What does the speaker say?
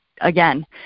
again